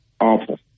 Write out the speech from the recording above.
Awful